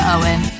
Owen